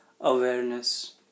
awareness